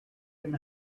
him